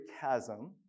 chasm